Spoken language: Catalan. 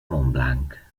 montblanc